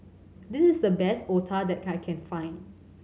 this is the best Otah that I can find